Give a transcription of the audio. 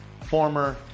former